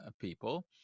people